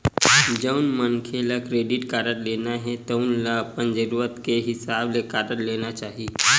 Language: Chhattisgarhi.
जउन मनखे ल क्रेडिट कारड लेना हे तउन ल अपन जरूरत के हिसाब ले कारड लेना चाही